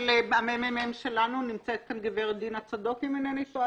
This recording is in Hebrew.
למרות שעדים כולם שאנחנו ממשיכים לדבר,